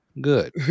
Good